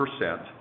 percent